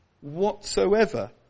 whatsoever